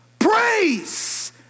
praise